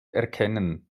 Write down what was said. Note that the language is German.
erkennen